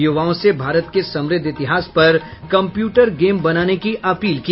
युवाओं से भारत के समृद्ध इतिहास पर कम्प्यूटर गेम बनाने की अपील की